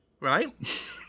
right